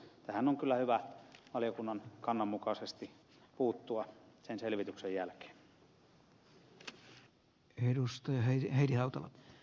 tähän on kyllä hyvä valiokunnan kannan mukaisesti puuttua sen selvityksen jälkeen